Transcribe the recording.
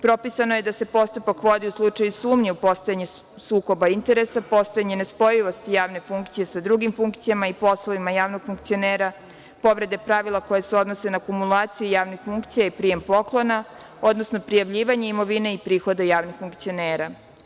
Propisano je da se postupak vodi u slučaju sumnje u postojanje sukoba interesa, postojanje nespojivosti javne funkcije sa drugim funkcijama i poslovima javnog funkcionera, povrede pravila koja se odnose na akumulaciju javnih funkcija i prijem poklona, odnosno prijavljivanje imovine i prihoda javnih funkcionera.